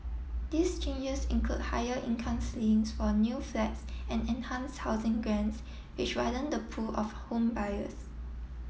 these changes include higher income ceilings for new flats and enhance housing grants which widen the pool of home buyers